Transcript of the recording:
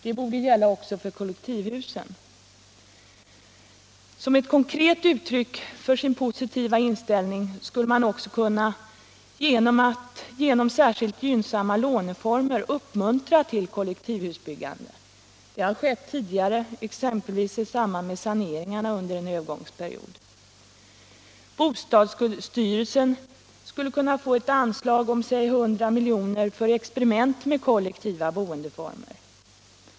Detta borde gälla också för kollektivhusen. Som ett konkret uttryck för sin positiva inställning skulle man också kunna genom särskilt gynnsamma låneformer uppmuntra till kollektivhusbyggande. Det har skett tidigare, exempelvis i samband med saneringar under en övergångsperiod. Bostadsstyrelsen skulle kunna få ett anslag på t.ex. 100 miljoner för experiment med kollektiva boendeformer.